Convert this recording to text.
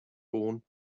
horn